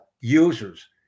users